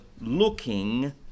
looking